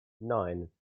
nine